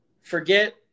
Forget